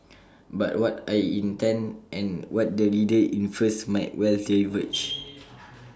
but what I intend and what the reader infers might well diverge